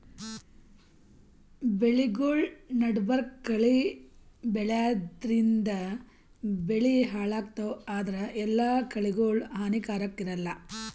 ಬೆಳಿಗೊಳ್ ನಡಬರ್ಕ್ ಕಳಿ ಬೆಳ್ಯಾದ್ರಿನ್ದ ಬೆಳಿ ಹಾಳಾಗ್ತಾವ್ ಆದ್ರ ಎಲ್ಲಾ ಕಳಿಗೋಳ್ ಹಾನಿಕಾರಾಕ್ ಇರಲ್ಲಾ